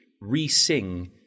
re-sing